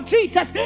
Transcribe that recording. Jesus